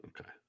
Okay